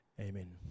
Amen